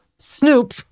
Snoop